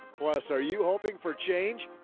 plus, are you hoping for change?